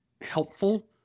helpful